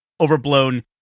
overblown